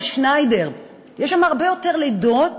בבית-חולים שניידר יש הרבה יותר לידות,